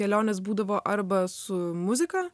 kelionės būdavo arba su muzika